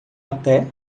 até